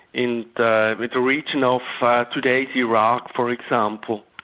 in the the region of today's iraq for example.